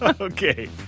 okay